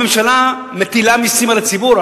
הממשלה מטילה מסים על הציבור.